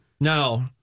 No